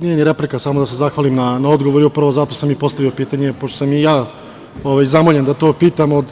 Nije ni replika, samo da se zahvalim na odgovoru i upravo zato sam i postavio pitanje, pošto sam i ja zamoljen da to pitam od